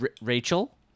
Rachel